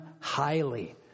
highly